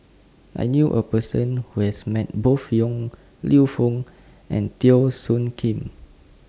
I knew A Person Who has Met Both Yong Lew Foong and Teo Soon Kim